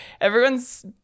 everyone's